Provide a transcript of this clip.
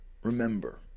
Remember